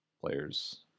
players